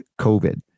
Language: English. COVID